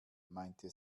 meinte